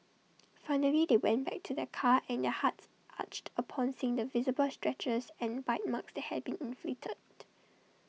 finally they went back to their car and their hearts ached upon seeing the visible scratches and bite marks that had been inflicted